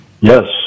Yes